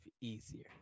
easier